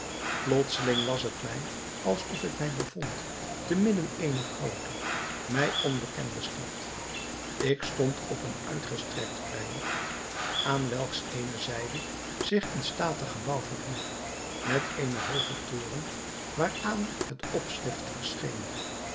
plotseling was het mij alsof ik mij bevond te midden eener groote mij onbekende stad ik stond op een uitgestrekt plein aan welks eene zijde zich een statig gebouw verhief met eenen hoogen toren waaraan het opschrift verscheen